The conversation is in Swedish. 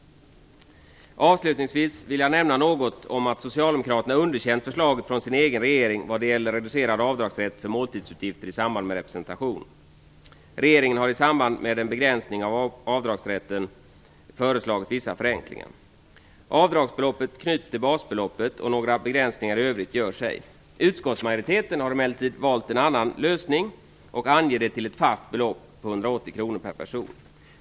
Avslutningsvis vill jag nämna något om att Socialdemokraterna underkänt förslaget från sin egen regering vad gäller reducerad avdragsrätt för måltidsutgifter i samband med representation. Regeringen har i samband med en begränsning av avdragsrätten föreslagit vissa förenklingar. Avdragsbeloppet knyts till basbeloppet, och några begränsningar i övrigt görs ej. Utskottsmajoriteten har emellertid valt en annan lösning och anger ett fast belopp, 180 kronor per person.